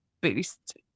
boost